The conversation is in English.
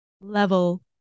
level